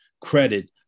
credit